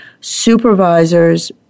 supervisors